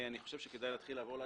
אני חושב שכדאי להתחיל לעבור להקראה.